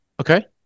Okay